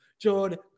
Jordan –